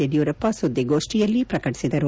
ಯಡಿಯೂರಪ್ಪ ಸುದ್ದಿಗೋಷ್ಠಿಯಲ್ಲಿ ಪ್ರಕಟಿಬದರು